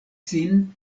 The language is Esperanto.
sin